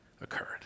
occurred